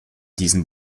diesem